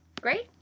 Great